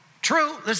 true